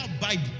Bible